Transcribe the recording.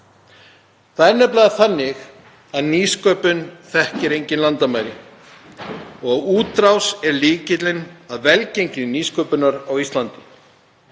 Það er nefnilega þannig að nýsköpun þekkir engin landamæri og útrás er lykillinn að velgengni nýsköpunar á Íslandi.